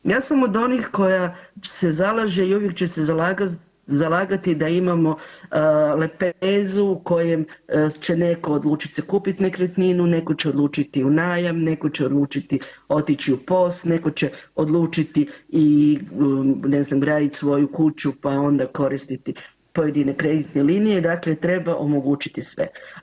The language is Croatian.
Ja sam od onih koja se zalaže i uvijek će se zalagati da imamo lepezu u kojem će neko odlučit se kupit nekretninu, neko će odlučiti u najam, neko će odlučiti otići u POS, neko će odlučiti i ne znam radit svoju kuću, pa onda koristiti pojedine kreditne linije, dakle treba omogućiti sve.